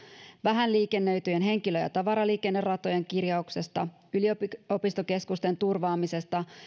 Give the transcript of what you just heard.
vähän liikennöityjen henkilö ja tavaraliikenneratojen kirjauksesta yliopistokeskusten turvaamisesta